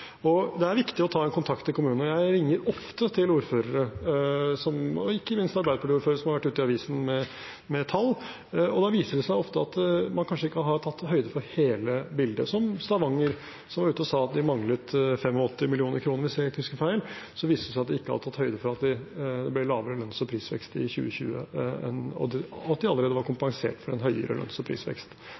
Det er viktig å ta kontakt med kommunene. Jeg ringer ofte til ordførere, og ikke minst arbeiderpartiordførere, som har vært ute i avisene med tall. Da viser det seg ofte at man kanskje ikke har tatt høyde for hele bildet, som Stavanger, som var ute og sa at de manglet 85 mill. kr, hvis jeg ikke husker feil. Det viste seg at de ikke hadde tatt høyde for at det ble lavere lønns- og prisvekst i 2020, og at de allerede var kompensert for en høyere lønns- og prisvekst.